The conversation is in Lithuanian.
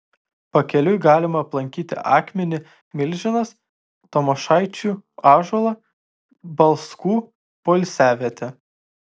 pakeliui galima aplankyti akmenį milžinas tamošaičių ąžuolą balskų poilsiavietę